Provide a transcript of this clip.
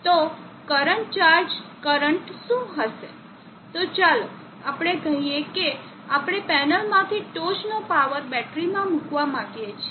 તો current charge current શું હશે તો ચાલો આપણે કહીએ કે આપણે પેનલમાંથી ટોચનો પાવર બેટરીમાં મૂકવા માગીએ છીએ